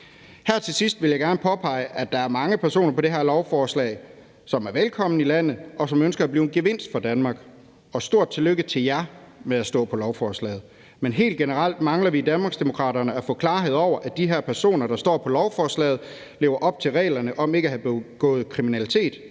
Her til sidst vil jeg gerne påpege, at der er mange personer på det her lovforslag, som er velkomne i landet, og som ønsker at blive en gevinst for Danmark. Stort tillykke til jer med at stå på lovforslaget. Men helt generelt mangler vi i Danmarksdemokraterne at få klarhed over, at de her personer, der står på lovforslaget, lever op til reglerne om ikke at have begået kriminalitet,